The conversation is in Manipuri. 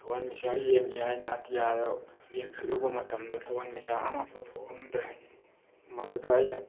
ꯊꯋꯥꯟꯃꯤꯆꯥꯛ ꯌꯦꯡꯒꯦ ꯍꯥꯏꯅ ꯑꯇꯤꯌꯥꯗ ꯌꯦꯡꯈꯠꯂꯨꯕ ꯃꯇꯝꯗ ꯊꯋꯥꯟꯃꯤꯆꯥꯛ ꯑꯃ ꯐꯥꯎ ꯊꯣꯛꯑꯝꯗ꯭ꯔꯦ ꯃꯗꯨꯗ ꯑꯩꯅ